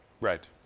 Right